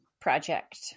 project